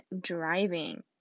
driving